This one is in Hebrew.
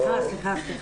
סליחה.